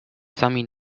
sami